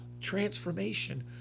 transformation